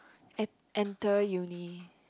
en~ enter uni